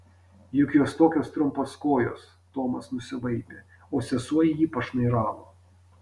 juk jos tokios trumpos kojos tomas nusivaipė o sesuo į jį pašnairavo